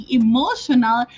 emotional